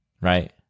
right